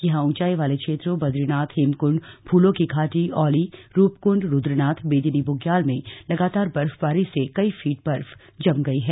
यहां ऊंचाई वाले क्षेत्रों बदरीनाथ हेमकुंड फूलों की घाटी औली रूपकुंड रुद्रनाथ बेदिनी बुग्याल में लगातार बर्फबारी से कई फीट बर्फ जम गई है